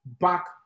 Back